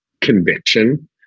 conviction